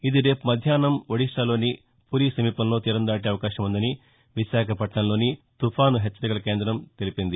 ఇది రేపు మధ్యాహ్నం ఒడిశాలోని పూరీ సమీపంలో తీరం దాటే అవకాశం ఉందని విశాఖ పట్టణంలోని తుఫాను హెచ్చరికల కేందం పేర్కొంది